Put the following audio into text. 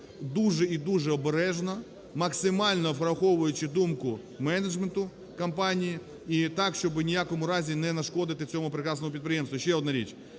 дуже і дуже обережно, максимально враховуючи думку менеджменту компанії, і так, щоби в ніякому разі не нашкодити цьому прекрасному підприємству. Ще одна річ.